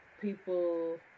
people